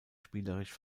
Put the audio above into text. spielerisch